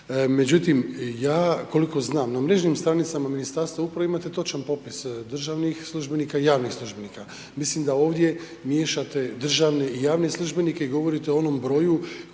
međutim ja koliko znam na mrežnim stranicama Ministarstva uprave imate točan popis državnih službenika i javnih službenika, mislim da ovdje miješate državne i javne službenike i govorite o onom broju